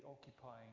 occupying